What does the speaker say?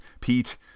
pete